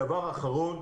דבר אחרון,